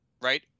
Right